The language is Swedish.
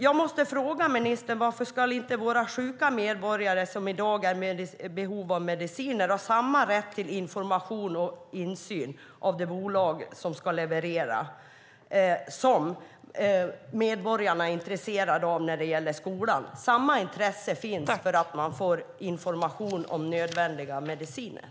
Jag måste fråga ministern varför våra sjuka medborgare som i dag är i behov av mediciner inte ska ha samma rätt till information och till insyn i det bolag som ska leverera som de medborgare har som är intresserade av skolan. Samma intresse finns för att få information om nödvändiga mediciner.